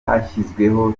hashyizweho